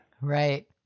Right